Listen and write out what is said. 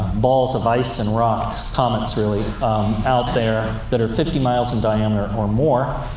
balls of ice and rock comets, really out there, that are fifty miles in diameter or more,